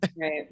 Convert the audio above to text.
right